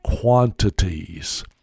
quantities